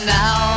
now